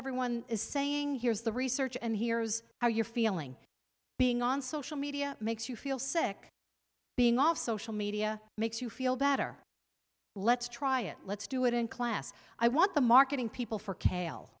everyone is saying here's the research and here's how you're feeling being on social media makes you feel sick being off social media makes you feel better let's try it let's do it in class i want the marketing people for kale